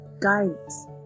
guides